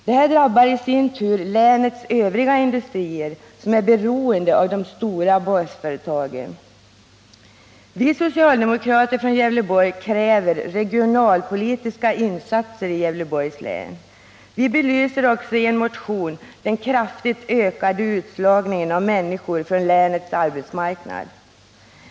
Detta drabbar i sin tur länets övriga industrier, som är beroende av de stora basföretagen. Vi socialdemokrater från Gävleborg kräver regionalpolitiska insatser i Gävleborgs län. Vi belyser också i en motion den kraftigt ökade utslagningen av människor från länets arbetsmarknad.